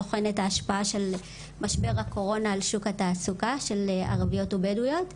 בוחן את ההשפעה של משבר הקורונה על שוק התעסוקה של ערביות ובדואיות.